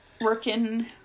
working